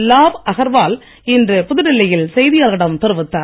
லாவ் அகர்வால் இன்று புதுடில்லி யில் இணைச் செய்தியாளர்களிடம் தெரிவித்தார்